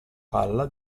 palla